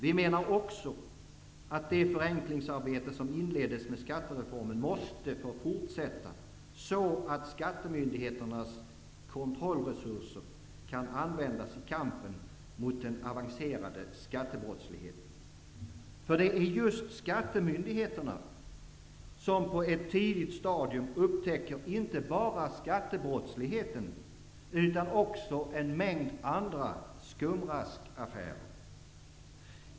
Vi menar också att det förenklingsarbete som inleddes med skattereformen måste få fortsätta, så att skattemyndigheternas kontrollresurser kan användas i kampen mot den avancerade skattebrottsligheten. Det är just skattemyndigheterna som på ett tidigt stadium upptäcker inte bara skattebrottsligheten utan också en mängd andra skumraskaffärer.